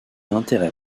intérêt